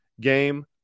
game